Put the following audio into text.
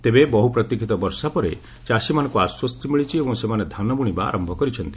ତେବେ ବହୁ ପ୍ରତୀକ୍ଷିତ ବର୍ଷା ପରେ ଚାଷୀମାନଙ୍କୁ ଆଶ୍ୱସ୍ତି ମିଳିଛି ଏବଂ ସେମାନେ ଧାନ ବୁଣିବା ଆରମ୍ଭ କରିଛନ୍ତି